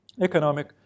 Economic